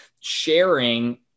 sharing